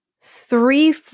three